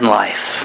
life